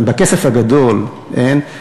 בכסף הגדול אין,